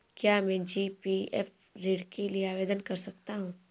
क्या मैं जी.पी.एफ ऋण के लिए आवेदन कर सकता हूँ?